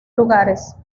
lugares